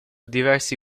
diversi